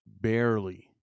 barely